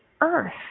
earth